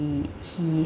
he